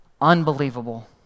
unbelievable